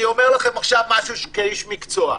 אני אומר לכם משהו כאיש מקצוע,